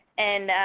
and